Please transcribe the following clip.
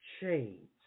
change